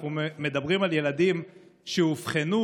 אנחנו מדברים על ילדים שאובחנו,